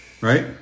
Right